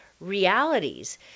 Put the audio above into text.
realities